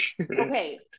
okay